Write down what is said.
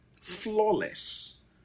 flawless